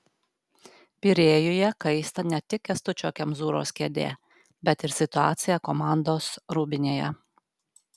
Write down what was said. pirėjuje kaista ne tik kęstučio kemzūros kėdė bet ir situacija komandos rūbinėje